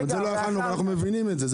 ואנחנו מבינים את זה.